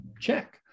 check